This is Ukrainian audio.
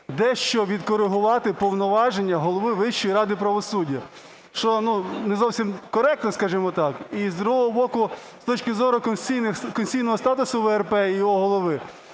дещо відкорегувати повноваження голови Вищої ради правосуддя, що не зовсім коректно, скажімо так. І, з другого боку, з точки зору конституційного статусу ВРП і його голови